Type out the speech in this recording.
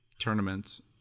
tournaments